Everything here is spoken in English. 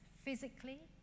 physically